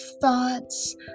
thoughts